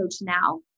now